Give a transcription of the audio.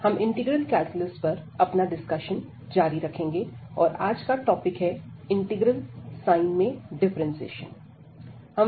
हम integral calculus पर अपना डिस्कशन जारी रखेंगे और आज का टॉपिक है इंटीग्रल साइन में डिफरेंटशिएशन